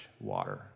water